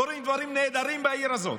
קורים דברים נהדרים בעיר הזאת.